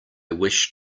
wish